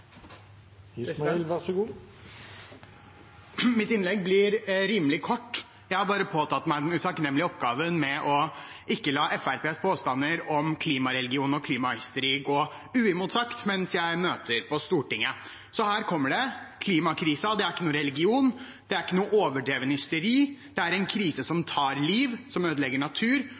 Mitt innlegg blir rimelig kort. Jeg har bare påtatt meg den utakknemlige oppgaven med ikke å la Fremskrittspartiets påstander om klimareligion og klimahysteri stå uimotsagt mens jeg møter på Stortinget. Så her kommer det: Klimakrisen er ikke noen religion. Det er ikke overdrevent hysteri. Det er en krise som tar liv, som ødelegger natur,